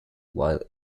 while